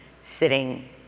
sitting